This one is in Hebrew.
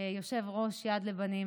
יושב-ראש יד לבנים,